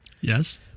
Yes